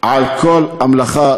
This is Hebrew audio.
על כל המלאכה.